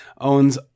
owns